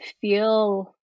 feel